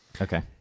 Okay